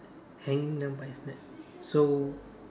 hanging them by his neck so